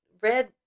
red